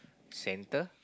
center